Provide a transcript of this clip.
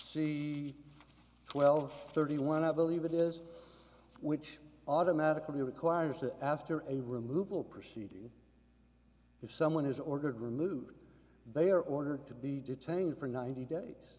c twelve thirty one i believe it is which automatically requires that after a removal proceeding if someone is ordered removed they are ordered to be detained for ninety days